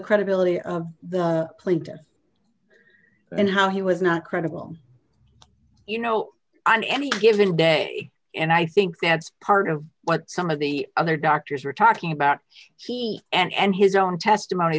credibility of the plaintiff and how he was not credible you know on any given day and i think that's part of what some of the other doctors were talking about he and his own testimony